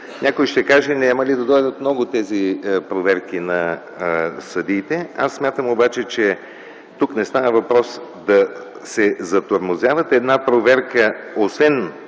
някой ще каже: няма ли да дойдат много тези проверки на съдиите? Аз смятам обаче, че тук не става въпрос да се затормозяват те. Една проверка, освен